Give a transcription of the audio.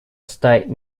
state